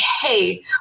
hey